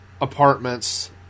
apartments